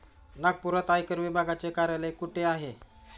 नागपुरात आयकर विभागाचे कार्यालय कुठे आहे?